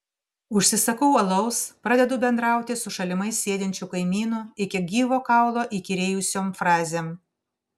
užsisakau alaus pradedu bendrauti su šalimais sėdinčiu kaimynu iki gyvo kaulo įkyrėjusiom frazėm